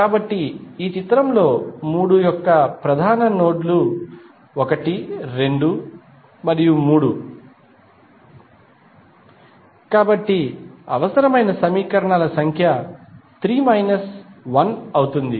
కాబట్టి ఈ చిత్రంలో 3 ప్రధాన నోడ్ లు 1 2 మరియు 3 కాబట్టి అవసరమైన సమీకరణాల సంఖ్య 3 మైనస్ 1 అవుతుంది